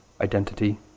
identity